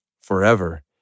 forever